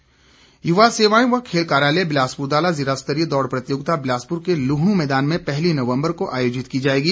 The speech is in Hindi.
प्रतियोगिता युवा सेवाएं व खेल कार्यालय बिलासपुर द्वारा ज़िलास्तरीय दौड़ प्रतियोगिता बिलासपुर के लुहणू मैदान में पहली नवम्बर को आयोजित की जाएगी